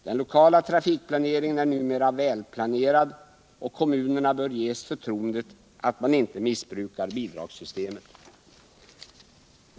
Den lokala planeringen är numera väl genomtänkt, och vi bör visa kommunerna det förtroendet att vi inte misstänker att de missbrukar bidragssystemet.